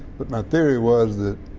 but my theory was that,